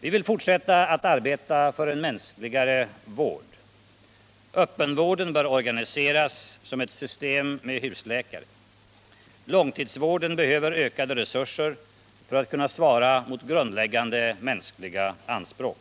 Vi vill fortsätta arbetet för en mänskligare vård. Öppenvården bör organiseras som ett system med husläkare. Långtidsvården behöver ökade resurser för att kunna svara mot grundläggande mänskliga anspråk.